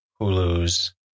Hulu's